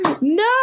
No